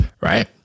Right